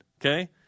Okay